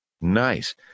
Nice